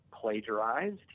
plagiarized